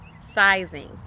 sizing